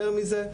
יותר מזה,